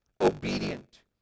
obedient